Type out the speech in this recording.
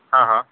હાં હાં